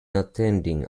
attending